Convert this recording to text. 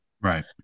Right